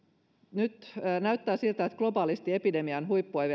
nyt näyttää siltä että globaalisti epidemian huippua ei